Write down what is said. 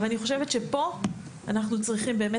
אבל אני חושבת שפה אנחנו צריכים באמת